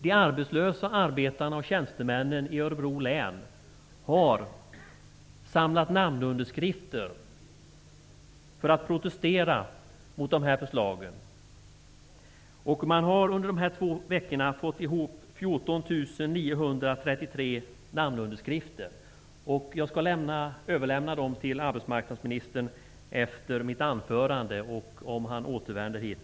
De arbetslösa arbetarna och tjänstemännen i Örebro län har samlat namnunderskrifter för att protestera mot de här förslagen. Man har under två veckor fått ihop 14 933 namnunderskrifter, vilka jag efter mitt anförande skall överlämna till arbetsmarknadsministern, om han återvänder hit.